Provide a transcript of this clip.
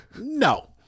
No